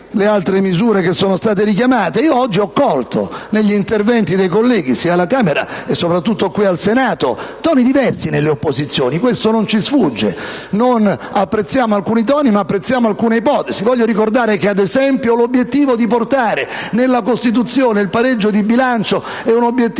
le altre misure che sono state richiamate. Oggi ho colto, negli interventi dei colleghi parlamentari, alla Camera e soprattutto qui al Senato, toni diversi nelle opposizioni. Questo non ci sfugge. Non apprezziamo alcuni toni, ma apprezziamo alcune ipotesi. Voglio ricordare - ad esempio - l'obiettivo di portare nella Costituzione il pareggio di bilancio, che è giusto